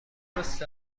درسته